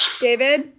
David